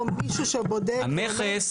לא מישהו שבודק ואומר?